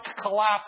collapse